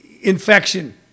infection